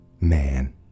man